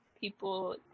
people